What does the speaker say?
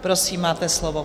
Prosím, máte slovo.